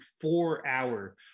four-hour